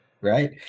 Right